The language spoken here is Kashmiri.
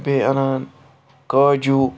بیٚیہِ اَنان کاجوٗ